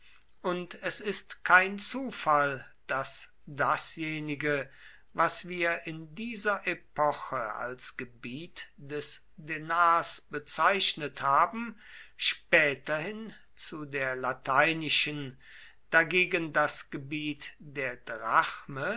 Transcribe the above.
und es ist kein zufall daß dasjenige was wir in dieser epoche als gebiet des denars bezeichnet haben späterhin zu der lateinischen dagegen das gebiet der drachme